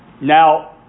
Now